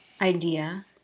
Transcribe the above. idea